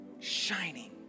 shining